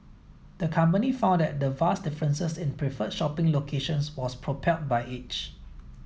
the company found that the vast differences in preferred shopping locations was propelled by age